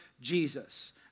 Jesus